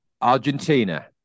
Argentina